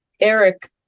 eric